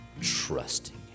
trusting